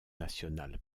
nationale